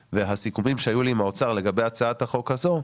והסיכומים שהיו לי עם האוצר לגבי הצעת החוק הזאת,